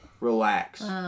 relax